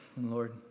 Lord